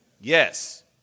Yes